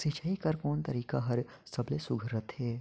सिंचाई कर कोन तरीका हर सबले सुघ्घर रथे?